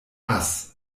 ass